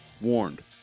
warned